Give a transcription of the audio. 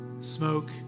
smoke